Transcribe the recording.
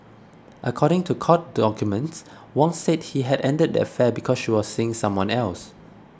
according to court documents Wong said he had ended the affair because she was seeing someone else